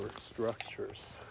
structures